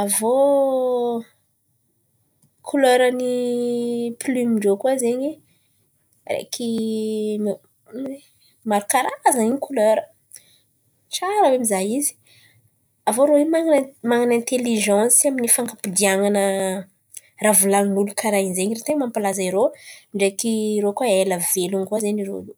Avy iô kolera ny plioma ndrô koa zen̈y araiky maro karazan̈a in̈y ny kolera tsara hoe mizaha izy. Avy iô irô io man̈ana intelizensy amy ny fan̈anmpodian̈ana raha volan̈in'olo karà in̈y zay no ten̈a mampalaza irô. Ndraiky irô koa zen̈y ela velon̈o irô io.